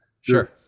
Sure